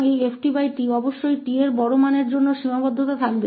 तो इस ftमें निश्चित रूप से t के बड़े मानों की सीमा होगी